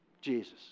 Jesus